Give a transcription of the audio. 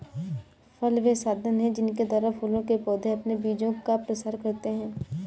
फल वे साधन हैं जिनके द्वारा फूलों के पौधे अपने बीजों का प्रसार करते हैं